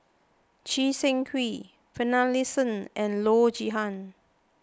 Choo Seng Quee Finlayson and Loo Zihan